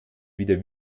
wieder